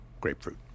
grapefruit